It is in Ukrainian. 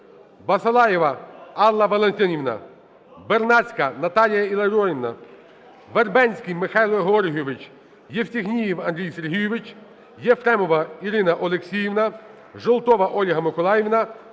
Басалаєва Алла Валентинівна, Бернацька Наталія Іларіонівна, Вербенський Михайло Георгійович, Євстігнєєв Андрій Сергійович, Єфремова Ірина Олексіївна, Желтова Ольга Миколаївна,